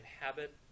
inhabit